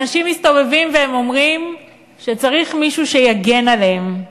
ואנשים מסתובבים והם אומרים שצריך מישהו שיגן עליהם.